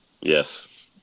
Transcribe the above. Yes